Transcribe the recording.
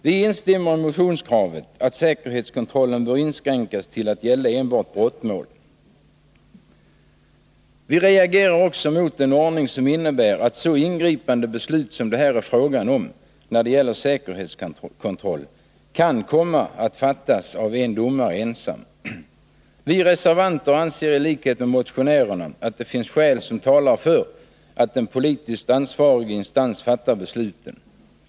Vi instämmer i motionskravet att säkerhetskontrollen bör inskränkas till att gälla enbart brottmål. Vi reagerar också mot en ordning som innebär att så ingripande beslut som det är fråga om när det gäller säkerhetskontroll kan komma att fattas av en domare ensam. Vi reservanter anser i likhet med motionärerna att det finns skäl som talar för att en politiskt ansvarig instans fattar besluten.